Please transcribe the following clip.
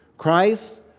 Christ